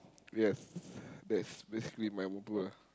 yes that's basically my motto ah